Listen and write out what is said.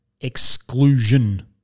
exclusion